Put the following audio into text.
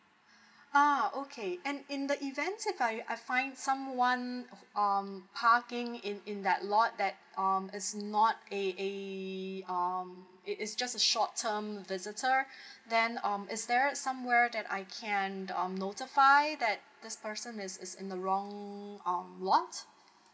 ah okay and in the event if I I find someone um parking in in that lot that um it's not a a um it's just a short term visitor then um is there somewhere that I can um notify that this person is is in the wrong um lot